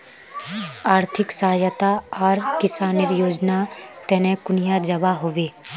आर्थिक सहायता आर किसानेर योजना तने कुनियाँ जबा होबे?